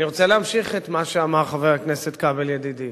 אני רוצה להמשיך את מה שאמר חבר הכנסת כבל, ידידי.